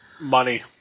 Money